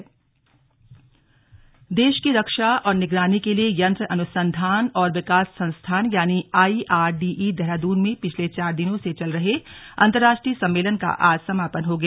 अंतर्राष्ट्रीय सम्मेलन देश की रक्षा और निगरानी के लिए यंत्र अनुसंधान एवं विकास संस्थान यानी आईआरडीई देहराद्न में पिछले चार दिनों से चल रहे अंतर्राष्ट्रीय सम्मेलन का आज समापन हो गया